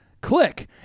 click